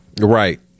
Right